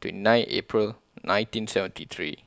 twenty nine April nineteen seventy three